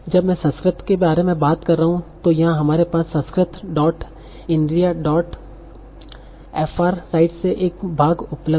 जब मैं संस्कृत के बारे में बात करता हूं तो यहाँ हमारे पास Sanskrit dot inria dot FR site से एक भाग उपलब्ध है